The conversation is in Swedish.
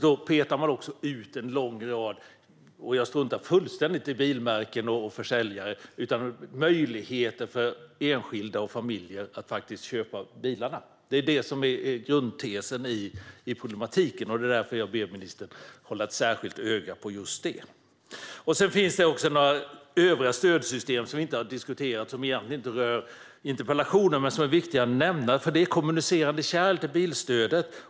Då petar man också bort en lång rad - jag struntar fullständigt i bilmärken och försäljare - möjligheter för enskilda och familjer att faktiskt köpa bilarna. Det är det som är grundtesen i problematiken. Det är därför som jag ber ministern att hålla ett särskilt öga på just detta. Jag säger detta för att förtydliga för dem som lyssnar. Sedan finns det också några övriga stödsystem som vi inte har diskuterat och som egentligen inte rör interpellationen men som är viktiga att nämna, eftersom de är kommunicerande kärl till bilstödet.